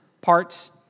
parts